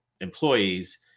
employees